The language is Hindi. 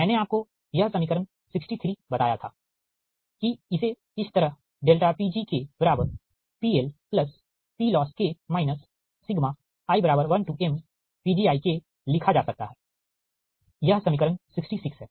मैंने आपको यह समीकरण 63 बताया था कि इसे इस तरह PgPLPLossK i1mPgi लिखा जा सकता हैयह समीकरण 66 हैं